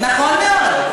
נכון מאוד.